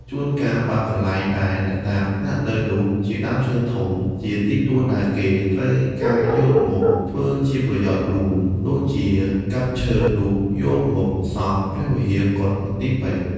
ជួនកាលបើកន្លែងដែលអ្នកតាស្នាក់នៅនោះជាដើមឈើធំ ជាទីទួលដែលគេត្រូវការយកមកធ្វើជាប្រយោជន៍រួម ដូចជាកាប់ឈើនោះយកមកសង់ ព្រះវិហារ កុដិ មន្ទីពេទ្យ។